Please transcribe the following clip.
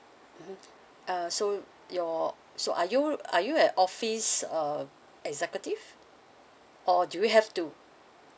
mmhmm uh so your so are you are you a office uh executive or do you have to